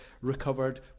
recovered